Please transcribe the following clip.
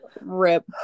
Rip